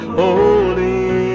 holy